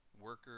worker